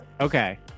Okay